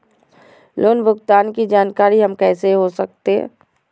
Loan भुगतान की जानकारी हम कैसे हो सकते हैं?